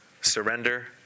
surrender